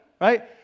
right